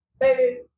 Baby